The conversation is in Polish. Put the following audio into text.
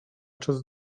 czas